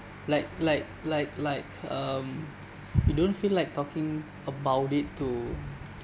like like like like um you don't feel like talking about it to